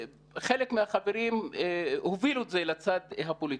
חלק מהחברים הובילו את זה לצד הפוליטי.